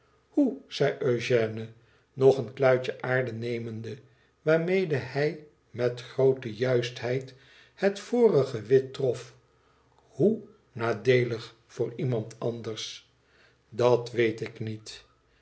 ihoe zei eugène nog een kluitje aarde nemende waarmede hij met groote juistheid het vorige wit trof hoe nadeelig voor iemand anders dat weet ik niet